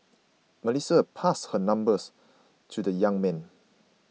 Melissa passed her number to the young man